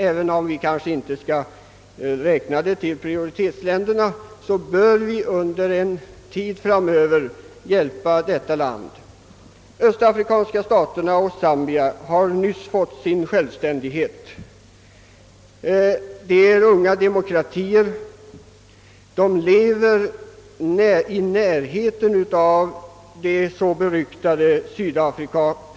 även om vi kanske inte skall räkna detta land till prioritetsländerna, bör vi under en tid framöver hjälpa landet. De östafrikanska staterna och Zambia har nyss fått sin självständighet. Det är unga :demokratier. De lever i närheten av det så beryktade Sydafrika.